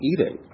eating